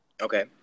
Okay